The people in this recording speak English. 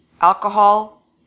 alcohol